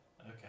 Okay